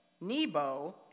Nebo